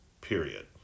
period